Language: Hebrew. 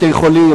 בתי-חולים,